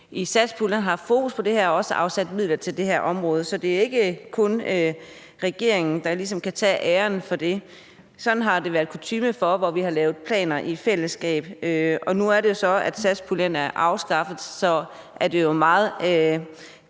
i satspuljen haft fokus på det her område og også afsat midler til det. Så det er ikke kun regeringen, der ligesom kan tage æren for det. Der har været kutyme for, at vi har lavet planer i fællesskab, og nu er det jo så, at satspuljen er afskaffet, og så er det jo meget